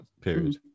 period